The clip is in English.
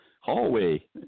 hallway